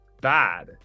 bad